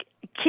keep